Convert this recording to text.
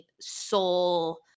soul